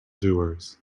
doers